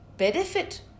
benefit